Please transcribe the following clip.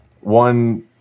one